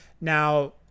Now